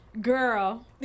Girl